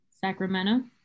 Sacramento